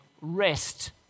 rest